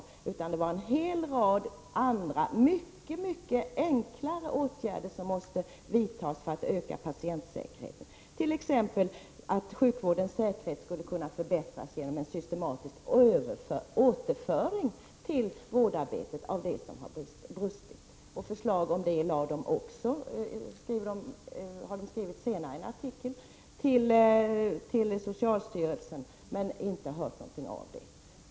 I stället föreslogs en rad andra mycket enklare åtgärder som måste vidtas för att öka patientsäkerheten, t.ex. att sjukvårdens säkerhet skall förbättras genom en systematisk återföring av det som har brustit till vårdarbetet. De har även senare i en artikel gett förslag till socialstyrelsen, men de har inte fått någon reaktion på förslagen.